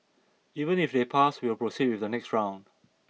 even if they pass we'll proceed with the next round